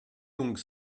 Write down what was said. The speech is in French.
donc